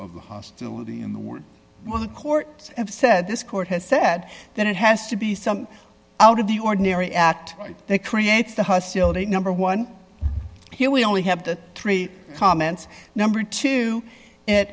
the hostility in the world well the courts have said this court has said that it has to be some out of the ordinary act they create the hostility number one here we only have the three comments number two and